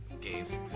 games